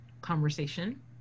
conversation